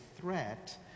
threat